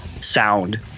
sound